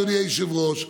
אדוני היושב-ראש,